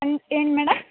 ಅನ್ ಏನು ಮೇಡಮ್